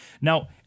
Now